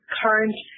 current